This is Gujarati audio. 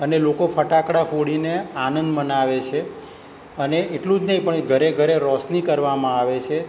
અને લોકો ફટાકડા ફોડીને આનંદ મનાવે છે અને એટલું જ નહીં પણ એ ઘરે ઘરે રોશની કરવામાં આવે છે